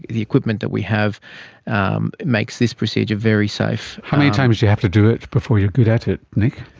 the equipment that we have um makes this procedure very safe. how many times do you have to do it before you're good at it, nick?